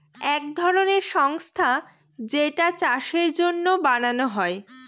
এক ধরনের সংস্থা যেইটা চাষের জন্য বানানো হয়